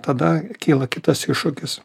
tada kyla kitas iššūkis